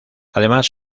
además